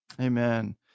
Amen